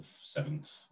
seventh